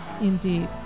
Indeed